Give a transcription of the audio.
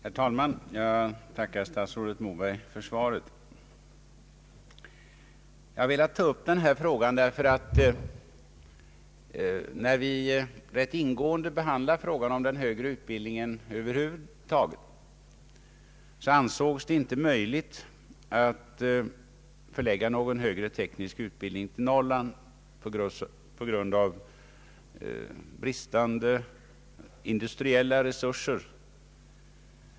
Herr talman! Jag tackar statsrådet Moberg för svaret. Jag har velat ta upp den här frågan därför att när vi rätt ingående behandlade ärendet om den högre utbildningen över huvud taget ansågs det inte möjligt — på grund av bristande industriella resurser — att förlägga någon högre teknisk utbildning till Norrland.